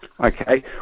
Okay